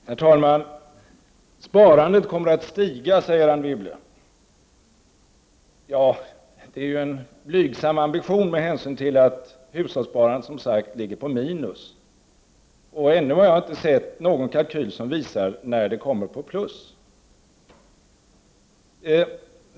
Herr talman! Sparandet kommer att öka, säger Anne Wibble. Ja, det är en blygsam ambition, med hänsyn till att hushållssparandet ligger på minus. Och jag har ännu inte sett någon kalkyl som visar när det kommer på plus.